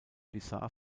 bizarre